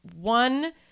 one